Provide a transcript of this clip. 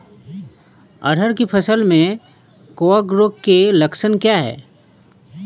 अरहर की फसल में कवक रोग के लक्षण क्या है?